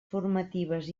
formatives